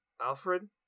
Alfred